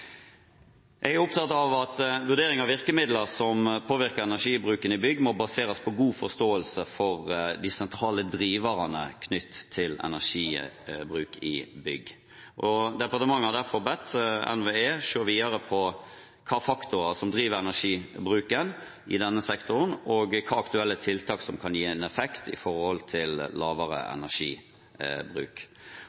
Jeg er opptatt av at vurdering av virkemidler som påvirker energibruken i bygg, må baseres på god forståelse for de sentrale driverne knyttet til energibruk i bygg. Departementet har derfor bedt NVE se videre på hvilke faktorer som driver energibruken i denne sektoren, og hvilke aktuelle tiltak som kan gi en effekt i forhold til lavere